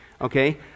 Okay